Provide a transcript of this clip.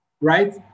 right